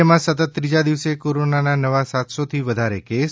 રાજ્યમાં સતત ત્રીજા દિવસે કોરોનાના નવા સાત સો થી વધારે કેસ